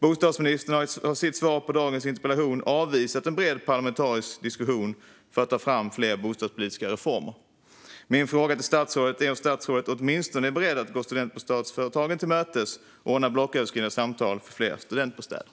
Bostadsministern har i sitt svar på interpellationen i dag avvisat en bred parlamentarisk diskussion för att ta fram fler bostadspolitiska reformer. Min fråga till statsrådet är om statsrådet åtminstone är beredd att gå studentbostadsföretagen till mötes och ordna blocköverskridande samtal för fler studentbostäder.